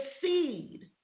seed